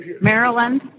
Maryland